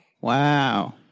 Wow